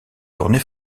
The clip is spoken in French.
tournée